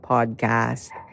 Podcast